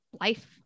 life